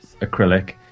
acrylic